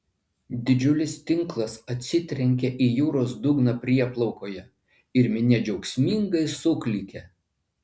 didžiulis tinklas atsitrenkia į jūros dugną prieplaukoje ir minia džiaugsmingai suklykia